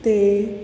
ते